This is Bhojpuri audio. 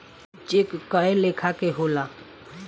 चेक कए लेखा के होला